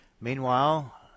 Meanwhile